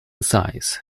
size